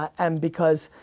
and because,